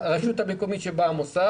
גם תקנה 16 שהפנתה לתקנות 7